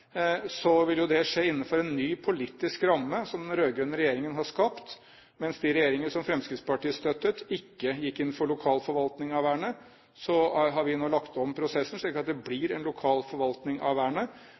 vil jo det skje innenfor en ny politisk ramme som den rød-grønne regjeringen har skapt, mens de regjeringer som Fremskrittspartiet støttet, ikke gikk inn for lokal forvaltning av vernet. Vi har nå lagt om prosessen, slik at det